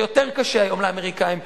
ויותר קשה היום לאמריקנים,